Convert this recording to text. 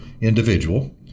individual